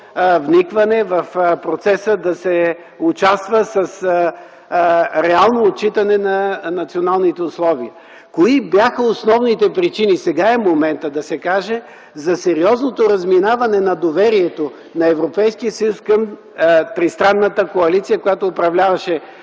вникване в процеса да се участва с реално отчитане на националните условия. Кои бяха основните причини? Сега е моментът да се каже за сериозното разминаване на доверието на Европейския съюз към тристранната коалиция, която управляваше